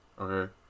Okay